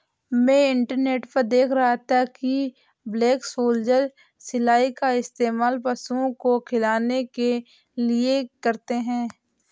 मैं इंटरनेट पर देख रहा था कि ब्लैक सोल्जर सिलाई का इस्तेमाल पशुओं को खिलाने के लिए करते हैं